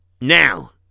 Now